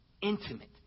intimate